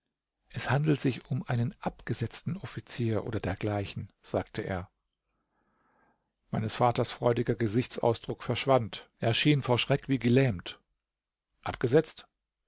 es handelt sich um einen abgesetzten offizier oder dergleichen sagte er meines vaters freudiger gesichtsausdruck verschwand er schien vor schreck wie gelähmt abgesetzt